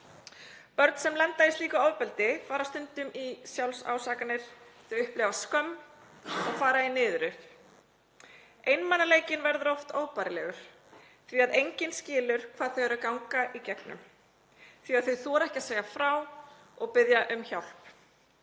Börn sem lenda í slíku ofbeldi fara stundum í sjálfsásakanir, þau upplifa skömm og fara í niðurrif. Einmanaleikinn verður oft óbærilegur því að enginn skilur hvað þau eru að ganga í gegnum. Þau þora ekki að segja frá og biðja um hjálp.